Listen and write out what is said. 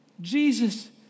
Jesus